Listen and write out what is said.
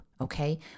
okay